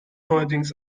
neuerdings